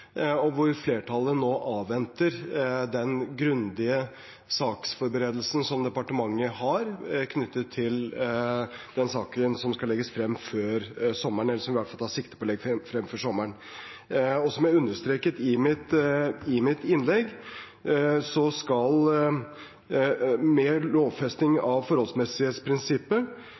flertallet nå avventer den grundige saksforberedelsen som departementet har knyttet til den saken som vi tar sikte på å legge frem før sommeren. Som jeg understreket i